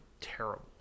terrible